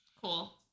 Cool